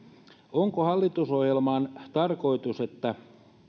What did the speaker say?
onko hallitusohjelman tarkoitus että